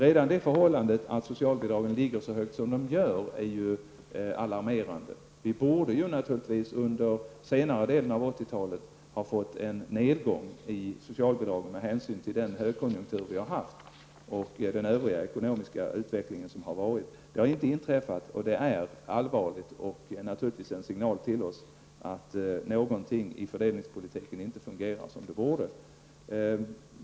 Redan det förhållandet att socialbidragen ligger så högt som de gör är alarmerande. Vi borde under senare delen av 80-talet ha fått en nedgång i omfattning av socialbidragen med hänsyn till den högkonjunktur som har rått och den övriga ekonomiska utvecklingen. Det har inte inträffat, och det är allvarligt och naturligtvis en signal till oss att någonting i fördelningspolitiken inte fungerar som det borde.